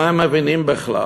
מה הם מבינים בכלל,